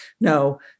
no